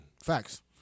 Facts